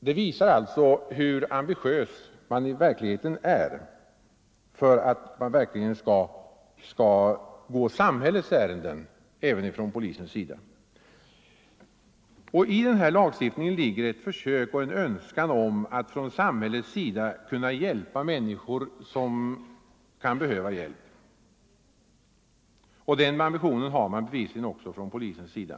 Det visar hur ambitiös man är från polisens sida att verkligen gå samhällets ärenden. I denna lagstiftning ligger en önskan att från samhällets sida hjälpa människor som kan behöva hjälp. Den ambitionen har man bevisligen också från polisens sida.